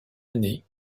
année